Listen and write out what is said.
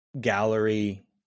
gallery